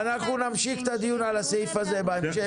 אנחנו נמשיך את הדיון על הסעיף הזה בהמשך.